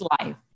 life